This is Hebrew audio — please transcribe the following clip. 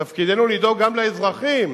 תפקידנו לדאוג גם לאזרחים.